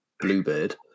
bluebird